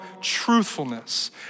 truthfulness